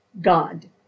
God